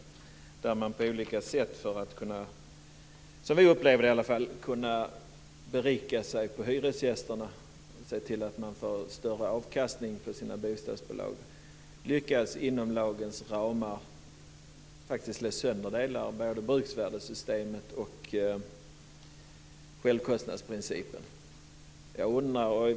Där lyckas man på olika sätt inom lagens ramar slå sönder både hela bruksvärdessystemet och självkostnadsprincipen och berika sig på hyresgästernas bekostnad - som vi ser det i alla fall - för att se till att man får större avkastning på sina bostadsbolag.